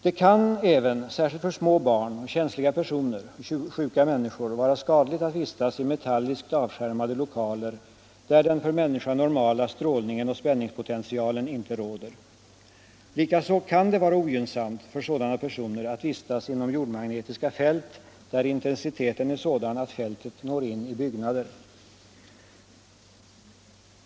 Det kan även — särskilt för små barn, känsliga personer och sjuka människor — vara skadligt att vistas i metalliskt avskärmade lokaler, där den för människan normala strålningen och spänningspotentialen inte råder. Likaså kan det vara ogynnsamt för sådana personer att vistas 120 inom jordmagnetiska fält där intensiteten är sådan att fältet når in i byggnader.